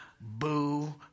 boo